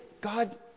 God